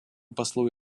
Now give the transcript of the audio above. послу